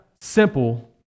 simple